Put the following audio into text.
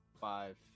Five